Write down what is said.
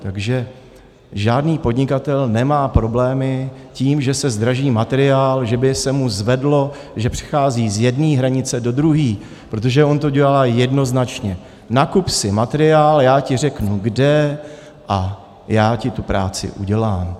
Takže žádný podnikatel nemá problémy s tím, že se zdraží materiál, že by se mu zvedlo, že přechází z jedné hranice do druhé, protože on to dělá jednoznačně nakup si materiál, já ti řeknu kde a já ti tu práci udělám.